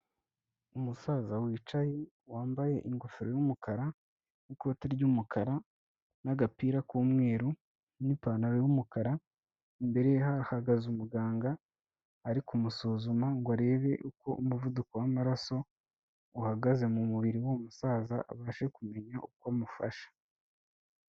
Umusaza wicaye, wambaye ingofero y'umukara n'ikoti ry'umukara n'agapira k'umweru n'ipantaro y'umukara, imbere ye hahagaze umuganga, ari kumusuzuma ngo arebe uko umuvuduko w'amaraso uhagaze mu mubiri w'uwo musaza, abashe kumenya uko amufasha.